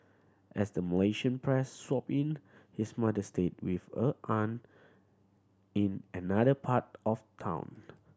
as the Malaysian press swooped in his mother stayed with a aunt in another part of town